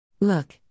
Look